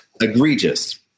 egregious